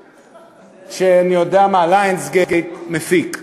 שאני יודע מה, "Lionsgate" מפיק.